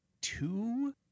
two